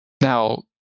Now